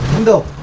and